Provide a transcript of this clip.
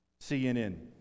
CNN